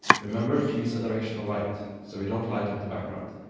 remember to use a directional light, so we don't light up the background.